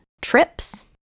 trips